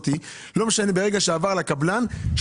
ברגע שהיא עברה לקבלן,